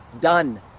done